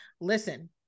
Listen